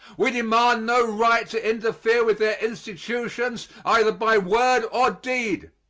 we demand no right to interfere with their institutions, either by word or deed.